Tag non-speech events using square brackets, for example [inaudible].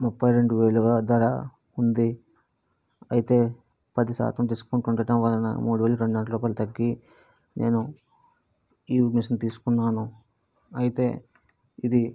ముప్పై రెండువేలుగా ధర ఉంది అయితే పదిశాతం డిస్కౌంట్ ఉండటం వలన మూడువేలు [unintelligible] వందల రూపాయిలు తగ్గి నేను ఈ మిషను తీసుకున్నాను అయితే ఇది